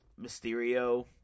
Mysterio